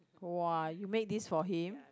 !wah! you made this for him